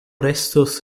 restos